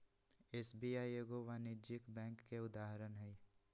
SBI एगो वाणिज्यिक bank के उदाहरण हइ